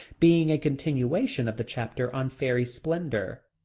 being a continuation of the chapter on fairy splendor.